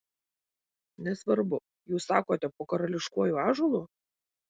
nesvarbu jūs sakote po karališkuoju ąžuolu